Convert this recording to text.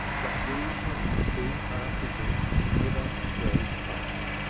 but we who are possessed never grow tired!